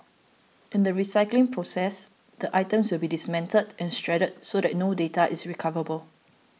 in the recycling process the items will be dismantled and shredded so that no data is recoverable